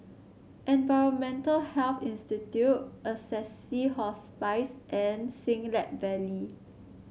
Environmental Health Institute Assisi Hospice and Siglap Valley